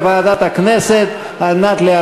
לוועדה שתקבע ועדת הכנסת נתקבלה.